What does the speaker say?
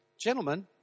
gentlemen